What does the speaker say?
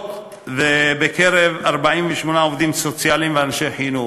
עובדות ובקרב 48 עובדים סוציאליים ואנשי חינוך.